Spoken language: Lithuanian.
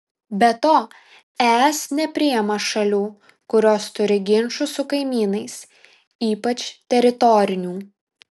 be to es nepriima šalių kurios turi ginčų su kaimynais ypač teritorinių